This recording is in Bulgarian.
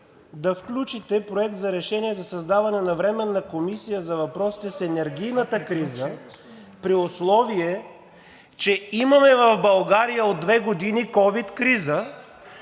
да включите Проект на решение за създаване на Временна комисия за въпросите с енергийната криза, при условие че в България имаме от две години ковид криза,